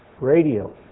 radio